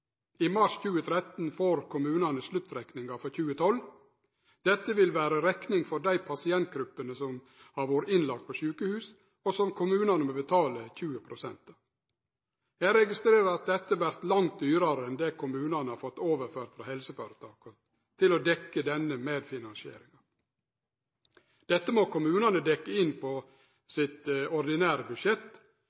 I mars 2013 får kommunane sluttrekninga for 2012. Dette vil vere ei rekning for dei pasientgruppene som har vore innlagde på sjukehus, og som kommunane må betale 20 pst. av. Eg registrerer at dette vert langt dyrare enn det kommunane har fått overført frå helseføretaka til å dekkje denne medfinansieringa. Dette må kommunane dekkje inn på sitt ordinære budsjett.